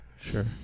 Sure